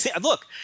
Look